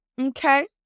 okay